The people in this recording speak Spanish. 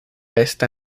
esta